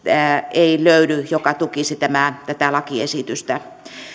ei löydy tutkimusnäyttöä joka tukisi tätä lakiesitystä